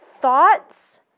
thoughts